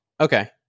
Okay